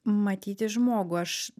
matyti žmogų aš